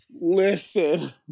listen